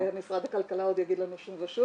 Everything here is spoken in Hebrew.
זה משרד הכלכלה עוד יגיד לנו שוב ושוב